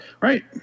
Right